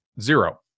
Zero